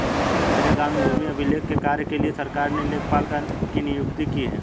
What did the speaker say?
मेरे गांव में भूमि अभिलेख के कार्य के लिए सरकार ने लेखपाल की नियुक्ति की है